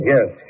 Yes